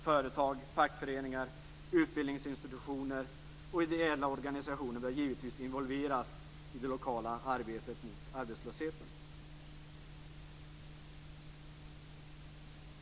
Företag, fackföreningar, utbildningsinstitutioner och ideella organisationer bör givetvis involveras i det lokala arbetet mot arbetslösheten. Fru talman!